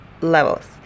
levels